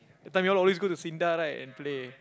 that time you all always go to Sinda right and play